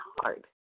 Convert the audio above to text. hard